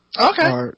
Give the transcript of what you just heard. Okay